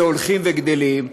והולכים וגדלים,